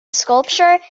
sculpture